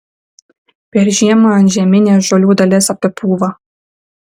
per žiemą antžeminė žolių dalis apipūva